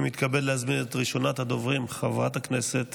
אני מתכבד להזמין את ראשונת הדוברים, חברת הכנסת